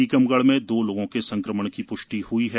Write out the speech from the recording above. टीकमगढ़ में दो लोगों में संक्रमण की पुष्टि हुई है